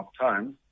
time